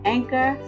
Anchor